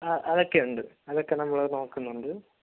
ആ അതൊക്കെ ഉണ്ട് അതൊക്കെ നമ്മള് നോക്കുന്നുണ്ട്